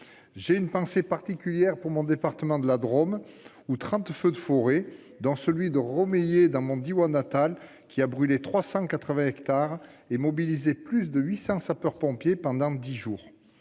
J'ai une pensée particulière pour mon département de la Drôme, où trente feux de forêt, dont celui de Romeyer dans mon Diois natal, ont brûlé 380 hectares et mobilisé plus de huit cents sapeurs-pompiers pendant dix jours.